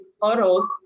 photos